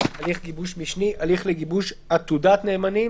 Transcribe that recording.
'הליך גיבוש משני' הליך לגיבוש רשימת עתודת נאמנים